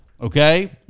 Okay